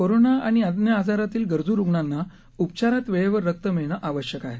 corona आणि अन्य आजारांतील गरजू रुग्णांच्या उपचारात वेळेवर रक्त मिळणं आवश्यक आहे